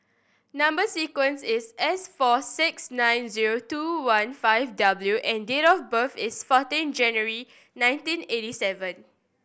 number sequence is S four six nine zero two one five W and date of birth is fourteen January nineteen eighty seven